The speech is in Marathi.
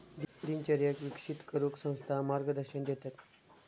दिनचर्येक विकसित करूक संस्था मार्गदर्शन देतत